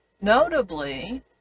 notably